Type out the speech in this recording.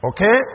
Okay